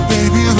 Baby